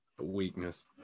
Weakness